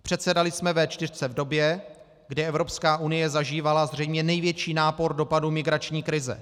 Předsedali jsme V4 v době, kdy Evropská unie zažívala zřejmě největší nápor dopadu migrační krize.